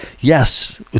yes